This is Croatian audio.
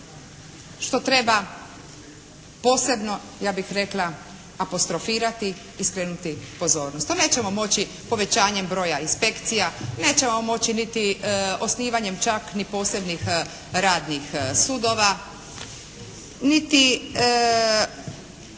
što treba posebno ja bih rekla apostrofirati i skrenuti pozornost. To nećemo moći povećanjem broja inspekcija, nećemo moći niti osnivanjem čak ni posebnih radnih sudova, niti